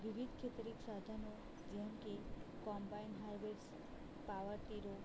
વિવિધ ખેતરીક સાધનો જેમકે કોંબાઇન હારવેસ્ટ પાવર ટેરો